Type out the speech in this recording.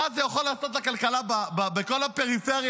מה זה יכול לעשות לכלכלה בכל הפריפריה,